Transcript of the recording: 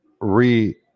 re